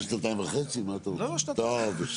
הלאה.